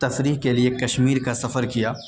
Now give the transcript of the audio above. تفریح کے لیے کشمیر کا سفر کیا